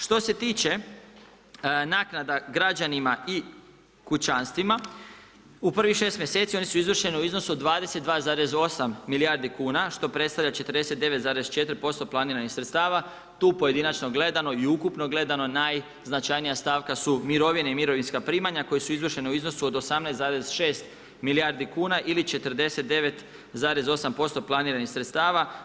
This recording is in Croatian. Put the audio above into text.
Što se tiče naknada građanima i kućanstvima, u prvih 6 mjeseci oni su izvršeni u iznosu od 22,8 milijardi kuna što predstavlja 49,4% planiranih sredstava, tu pojedinačno gledano i ukupno gledano najznačajnija stavka su mirovine i mirovinska primanja koja su izvršene u iznosu od 18,6 milijardi kuna ili 49,8% planiranih sredstava.